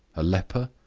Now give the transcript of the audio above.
a leper?